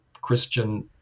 Christian